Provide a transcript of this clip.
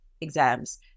exams